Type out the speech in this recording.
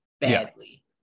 badly